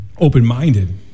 open-minded